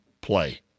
play